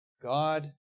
God